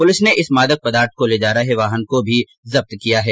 police ने इस मादक पदार्थ को ले जा रेहे वाहन को भी जब्त किया है